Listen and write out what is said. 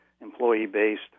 employee-based